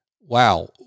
wow